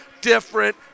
different